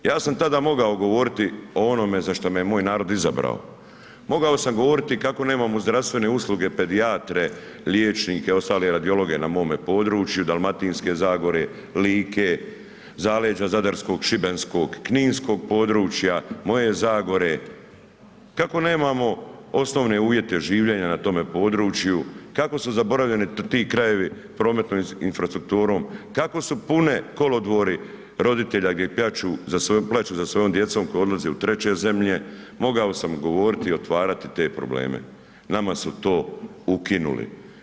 Ja sam tada mogao govoriti o onome za šta me je moj narod izabrao, mogao sam govoriti kako nemam zdravstvene usluge, pedijatre, liječnike, ostale radiologe na mome području Dalmatinske Zagore, Like, zaleđa Zadarskog, Šibenskog, Kninskog područja, moje Zagore, kako nemamo osnovne uvjete življenja na tome području, kako su zaboravljeni ti krajevi prometnom infrastrukturom, kako su pune kolodvori roditelja gdje plaču za svojom zemljom koji odlaze u treće zemlje, mogao sam govorit i otvarati te probleme, nama su to ukinuli.